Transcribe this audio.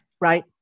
Right